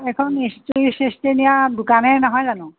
এইখন ইস্ত্ৰী চিস্ত্ৰী নিয়া দোকানেই নহয় জানো